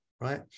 right